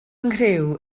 nghriw